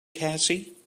cassie